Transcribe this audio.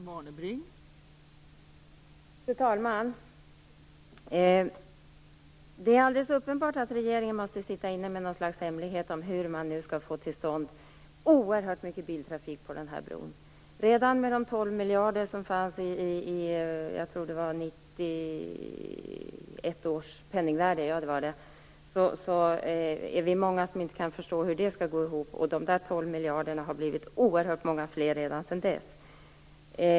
Fru talman! Det är alldeles uppenbart att regeringen måste sitta inne med någon slags hemlighet om hur man skall få till stånd så oerhört mycket biltrafik på denna bro. Vi är många som inte kan förstå hur det skall gå till att få ihop ens de 12 miljarder i 1991 års penningvärde som man räknade med. De 12 miljarderna har blivit oerhört många fler sedan dess.